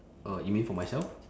uh you mean for myself